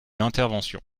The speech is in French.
d’intervention